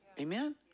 Amen